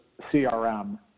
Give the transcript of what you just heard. CRM